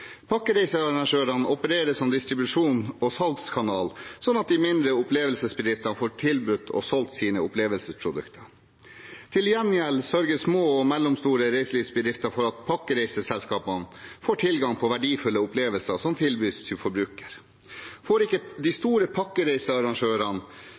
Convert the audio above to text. Pakkereisearrangørene opererer som distribusjons- og salgskanal slik at de mindre opplevelsesbedriftene får tilbudt og solgt sine opplevelsesprodukter. Til gjengjeld sørger små og mellomstore reiselivsbedrifter for at pakkereiseselskapene får tilgang på verdifulle opplevelser som tilbys forbruker. Får ikke de